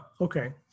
Okay